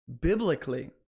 biblically